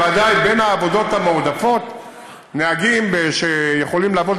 בוודאי בין העבודות המועדפות נהגים שיכולים לעבוד